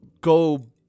go-